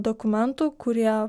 dokumentų kurie